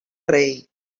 rei